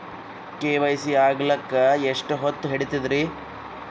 KYC ಆಗಲಕ್ಕ ಎಷ್ಟ ಹೊತ್ತ ಹಿಡತದ್ರಿ?